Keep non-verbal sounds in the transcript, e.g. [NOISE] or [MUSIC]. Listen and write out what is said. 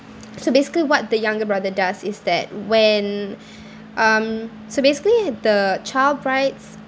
[NOISE] so basically what the younger brother does is that when um so basically the child bride's